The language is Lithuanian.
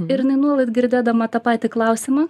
ir jinai nuolat girdėdama tą patį klausimą